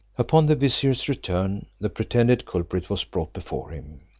upon the vizier's return, the pretended culprit was brought before him.